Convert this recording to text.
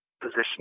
position